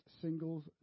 singles